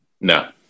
No